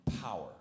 power